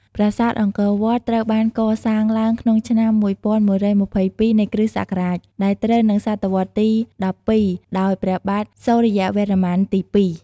ប្រាសាទអង្គរវត្តត្រូវបានកសាងឡើងក្នុងឆ្នាំ ១១២២ នៃគ. សករាជ ដែលត្រូវនិង ស. វទី១២ ដោយព្រះបាទសូរ្យវរ្ម័នទី ២ ។